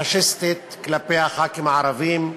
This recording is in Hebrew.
פאשיסטית, כלפי הח"כים הערבים,